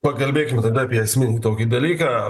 pakalbėkim tada apie esminį tokį dalyką